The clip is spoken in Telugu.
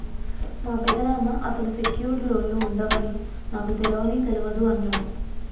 మా పెదనాన్న అసలు సెక్యూర్డ్ లోన్లు ఉండవని నాకు తెలవని తెలవదు అన్నడు